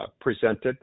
presented